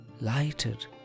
lighted